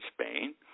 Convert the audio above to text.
spain